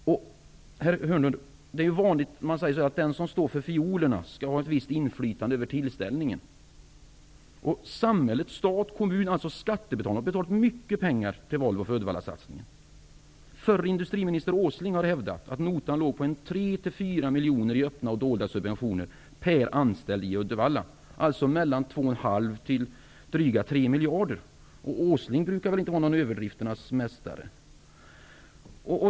Herr Hörnlund, det är ju vanligt att man säger att den som står för fiolerna skall ha ett visst inflytande över tillställningen. Samhället, stat, kommun, dvs. skattebetalarna, har betalt mycket pengar till Volvo för Uddevallasatsningen. Förre industriminister Åsling har hävdat att notan låg på ca 3-4 miljoner per anställd i Uddevalla i öppna och dolda subventioner. Det är alltså 2,5-drygt 3 miljarder. Åsling brukar inte vara någon överdrifternas mästare.